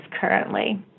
currently